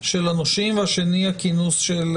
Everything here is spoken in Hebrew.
106ב עד 106ו,